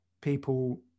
people